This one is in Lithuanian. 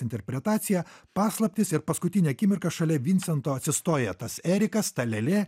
interpretacija paslaptys ir paskutinę akimirką šalia vincento atsistoja tas erikas ta lėlė